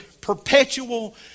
perpetual